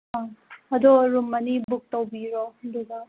ꯑ ꯑꯗꯣ ꯔꯨꯝ ꯑꯅꯤ ꯕꯨꯛ ꯇꯧꯕꯤꯔꯣ ꯑꯗꯨꯒ